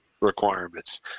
requirements